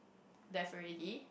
left already